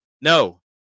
no